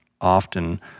often